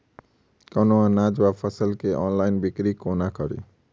कोनों अनाज वा फसल केँ ऑनलाइन बिक्री कोना कड़ी?